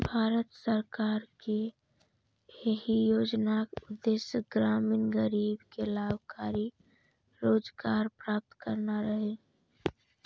भारत सरकार के एहि योजनाक उद्देश्य ग्रामीण गरीब कें लाभकारी रोजगार प्रदान करना रहै